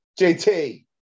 JT